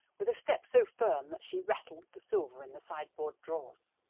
with a step so firm that she rattled the silver in the sideboard drawers.